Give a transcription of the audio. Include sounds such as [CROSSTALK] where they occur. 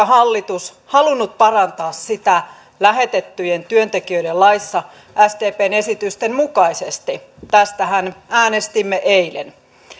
[UNINTELLIGIBLE] hallitus halunnut parantaa sitä lähetettyjen työntekijöiden laissa sdpn esitysten mukaisesti tästähän äänestimme eilen